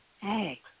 Hey